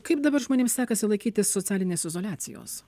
kaip dabar žmonėms sekasi laikytis socialinės izoliacijos